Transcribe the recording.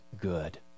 good